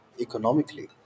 economically